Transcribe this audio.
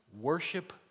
worship